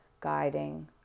guiding